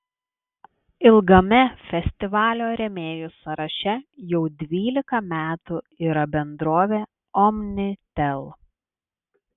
ilgame festivalio rėmėjų sąraše jau dvylika metų yra bendrovė omnitel